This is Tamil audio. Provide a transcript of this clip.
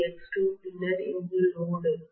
அது X2 பின்னர் இங்கே லோடு